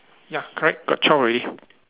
ya correct got twelve already